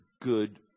good